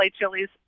chilies